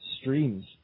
streams